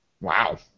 Wow